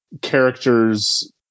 characters